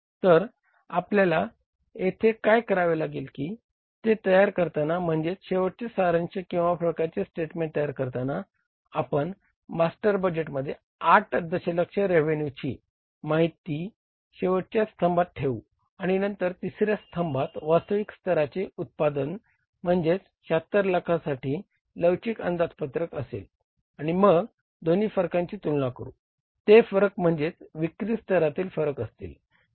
तर आपल्याला येथे काय करावे लागेल की ते तयार करताना म्हणजे शेवटचे सारांश किंवा फरकाचे स्टेटमेंट तयार करताना आपण मास्टर बजेटमध्ये 8 दशलक्ष रेव्हेन्यूची असेल आणि मग दोन्ही फरकांची तुलना करू ते फरक म्हणजे विक्री स्तरातील फरक असतील